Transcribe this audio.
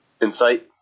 Insight